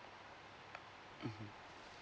mmhmm